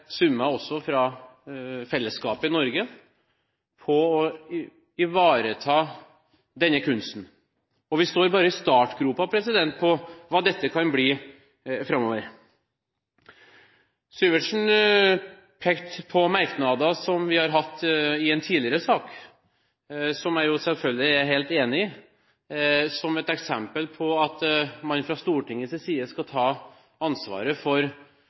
summer også fra fellesskapet i Norge på å ivareta denne kunsten. Og vi står bare i startgropen for hva dette kan bli framover. Syversen pekte på merknader som vi har hatt i en tidligere sak, som jeg jo selvfølgelig er helt enig i, som et eksempel på at man fra Stortingets side skal ta ansvaret for